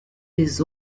des